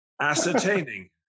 Ascertaining